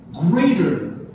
greater